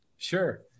Sure